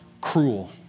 cruel